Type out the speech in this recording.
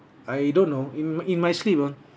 I don't know in in my sleep ah